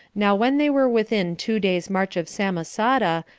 now when they were within two days' march of samosata,